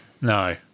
No